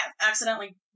accidentally